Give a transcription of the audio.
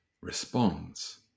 Responds